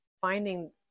finding